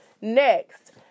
Next